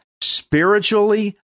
spiritually